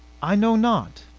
i know not,